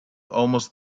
almost